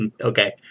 Okay